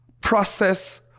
process